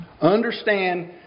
Understand